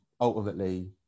ultimately